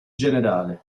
generale